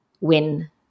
win